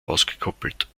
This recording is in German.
ausgekoppelt